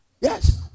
Yes